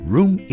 Room